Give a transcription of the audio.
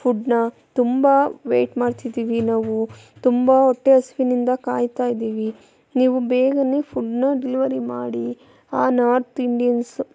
ಫುಡ್ನ ತುಂಬ ವೇಟ್ ಮಾಡ್ತಿದ್ದೀವಿ ನಾವು ತುಂಬ ಹೊಟ್ಟೆ ಹಸಿವಿನಿಂದ ಕಾಯ್ತಾಯಿದ್ದೀವಿ ನೀವು ಬೇಗನೇ ಫುಡ್ನ ಡಿಲಿವರಿ ಮಾಡಿ ಆ ನಾರ್ತ್ ಇಂಡಿಯನ್ಸ್